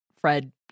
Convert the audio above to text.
Fred